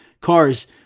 cars